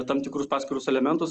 tam tikrus paskirus elementus